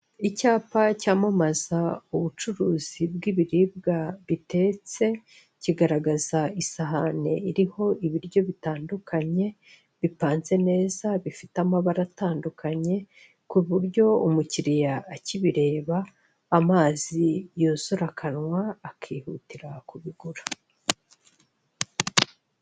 Icyapa cyamamaza ubucuruzi bw'ibiribwa bitetse, kigaragaraza isahane iriho ibiryo bitandukanye, bipanze neza, bifite amabara atandukanye, ku buryo umukiriya akibireba, amazi yuzura akanwa, akihutira kubigura.